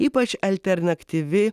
ypač alternaktyvi